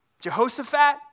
Jehoshaphat